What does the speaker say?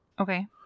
okay